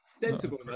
Sensible